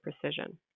precision